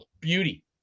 beauty